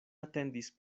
atendis